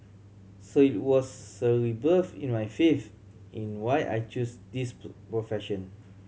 so it was rebirth in my faith in why I chose this profession